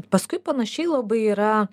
paskui panašiai labai yra